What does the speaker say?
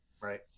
right